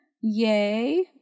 Yay